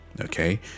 Okay